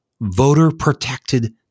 voter-protected